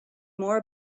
more